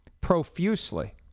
Profusely